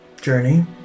journey